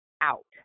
out